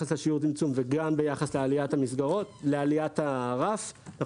הצמצום וגם ביחס לעליית הרף אנחנו